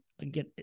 again